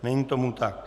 Není tomu tak.